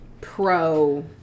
pro